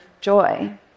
joy